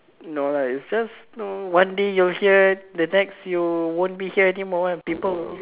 no lah its just know one day you're here the next you won't be here anymore and people will